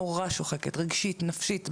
נורא שוחקת, רגשית, נפשית.